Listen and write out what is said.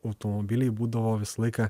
automobiliai būdavo visą laiką